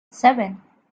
seven